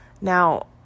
Now